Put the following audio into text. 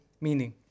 Meaning